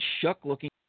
Shuck-looking